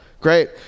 Great